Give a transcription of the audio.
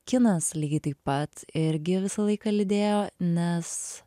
kinas lygiai taip pat irgi visą laiką lydėjo nes